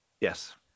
Yes